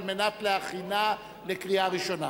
כדי להכינה לקריאה ראשונה.